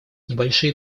небольшие